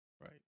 Right